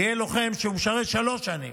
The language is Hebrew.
ויהיה לוחם שמשרת שלוש שנים,